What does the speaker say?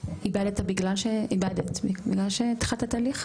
איבדת בגלל שהתחלת תהליך.